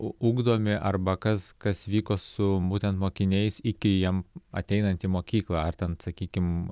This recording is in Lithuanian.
ugdomi arba kas kas vyko su būtent mokiniais iki jiems ateinant į mokyklą ar ten sakykim